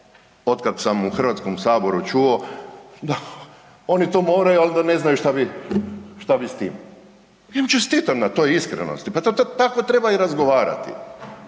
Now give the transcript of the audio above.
otkako sam u HS, čuo, da oni to moraju, al da ne znaju šta bi, šta bi s tim. Ja im čestitam na toj iskrenosti, pa to tako treba i razgovarati,